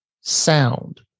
sound